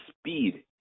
speed